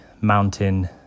mountain